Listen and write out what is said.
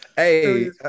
hey